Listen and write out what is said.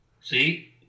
See